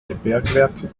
bergwerke